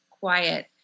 quiet